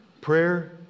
Prayer